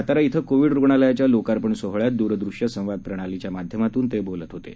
सातारा इथं कोविड रुग्णालयाच्या लोकार्पण सोहळ्यात द्रदृश्य संवाद प्रणालीच्या माध्यमातून ते बोलत होते